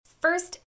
first